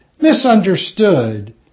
misunderstood